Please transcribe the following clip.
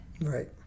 Right